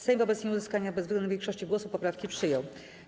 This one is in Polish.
Sejm wobec nieuzyskania bezwzględnej większości głosów poprawki przyjął.